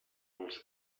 els